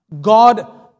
God